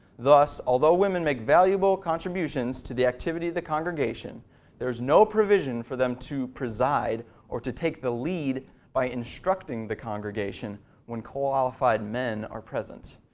thus, although women make valuable contributions to the activity of the congregation there is no provision for them to preside or to take the lead by instructing the congregation when qualified men are present.